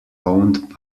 owned